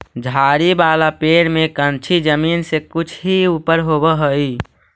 झाड़ी वाला पेड़ में कंछी जमीन से कुछे ही ऊपर होवऽ हई